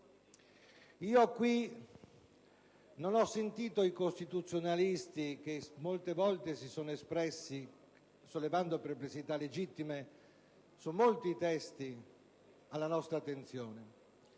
non ho sentito i costituzionalisti - che molte volte si sono espressi sollevando perplessità legittime su molti testi alla nostra attenzione,